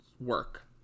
work